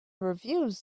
reviews